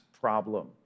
problem